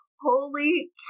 holy